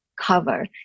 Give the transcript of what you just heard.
cover